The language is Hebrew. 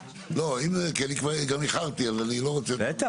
(הישיבה נפסקה בשעה 11:32 ונתחדשה בשעה 11:40.) אוקיי,